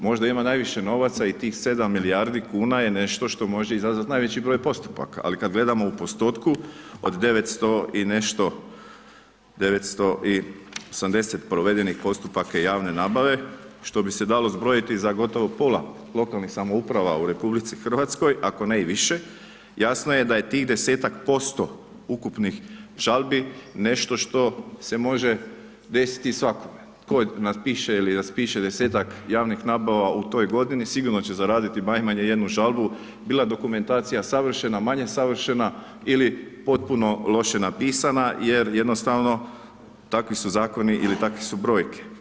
Možda ima najviše novaca i tih 7 milijardi kuna je nešto što može izazvat najveći broj postupaka, ali kad gledamo u postotku od 900 i nešto, 900 i 80 provedenih postupaka javne nabave, što bi se dalo zbrojiti za gotovo pola lokalnih samouprava u RH, ako ne i više, jasno je da je tih 10-tak% ukupnih žalbi nešto što se može desiti svakome tko napiše ili raspiše 10-tak javnih nabava u toj godini, sigurno će zaraditi najmanje jednu žalbu, bila dokumentacija savršena, manje savršena ili potpuno loše napisana jer jednostavno takvi su zakoni ili takve su brojke.